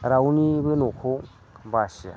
रावनिबो न'खौ बासिया